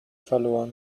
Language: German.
verloren